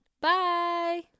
Bye